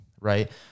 Right